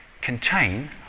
contain